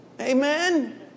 Amen